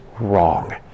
wrong